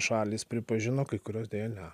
šalys pripažino kai kuriuos deja ne